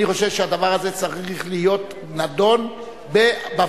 אני חושב שהדבר הזה צריך להיות נדון בוועדה,